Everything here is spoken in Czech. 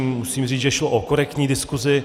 Musím říct, že šlo o korektní diskuzi.